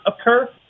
occur